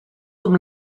them